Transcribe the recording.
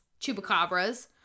chupacabras